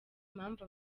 impamvu